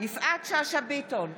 יפעת שאשא ביטון,